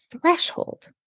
threshold